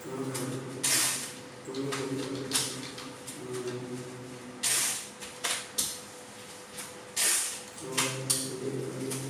Tamakai koiovait era amuaim tamakai koiaunem